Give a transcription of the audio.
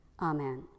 Amen